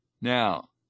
Now